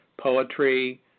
poetry